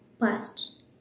past